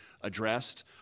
addressed